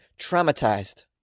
traumatized